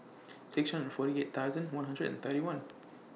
six hundred and forty eight thousand one hundred and thirty one